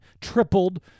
Tripled